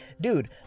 dude